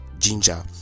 ginger